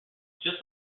just